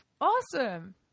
Awesome